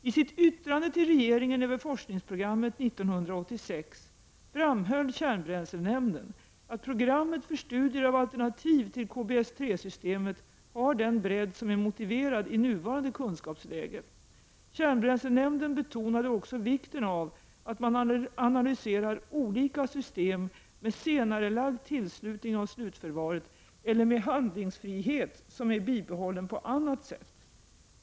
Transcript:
I sitt yttrande till regeringen över forskningsprogrammet 1986 framhöll kärnbränslenämnden att programmet för studier av alternativ till KBS 3-systemet har den bredd som är motiverad i nuvarande kunskapsläge. Kärnbränslenämnden betonade också vikten av att man analyserar olika system med senarelagd tillslutning av slutförvaret eller med handlingsfrihet som är bibehållen på annat sätt.